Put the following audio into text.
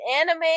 anime